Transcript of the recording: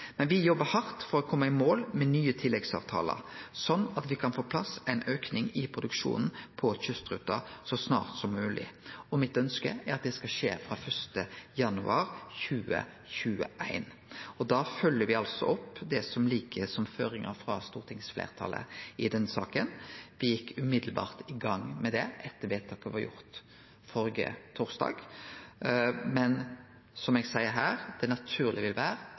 jobbar hardt for å kome i mål med nye tilleggsavtalar, slik at me kan få på plass ein auke i produksjonen på kystruta så snart som mogleg, og ønsket mitt er at det skal skje frå 1. januar 2021. Da følgjer vi opp det som ligg som føringar frå stortingsfleirtalet i denne saka. Me gjekk straks i gang med det etter at vedtaket blei gjort førre torsdag, men, som eg seier her, det naturlege vil vere